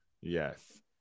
Yes